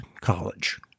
college